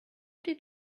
did